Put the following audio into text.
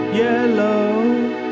yellow